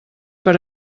per